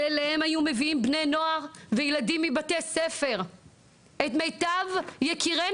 שיודע לטוס לארה"ב ולצרפת כבר כמה פעמים,